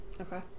Okay